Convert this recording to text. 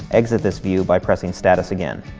exit this view by pressing status again.